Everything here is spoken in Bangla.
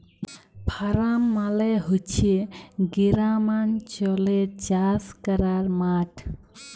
ফারাম মালে হছে গেরামালচলে চাষ ক্যরার মাঠ